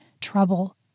trouble